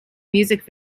music